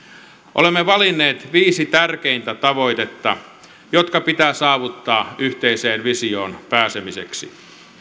olemme valinneet viisi tärkeintä tavoitetta jotka pitää saavuttaa yhteiseen visioon pääsemiseksi